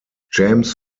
james